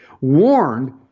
warned